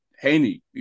Haney